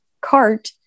cart